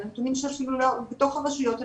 הם נתונים שקיימים בתוך הרשויות.